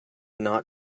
not